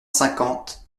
cinquante